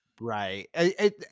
Right